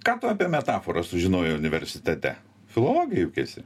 ką tu apie metaforas sužinojai universitete filologė juk esi